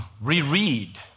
reread